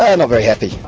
and very happy,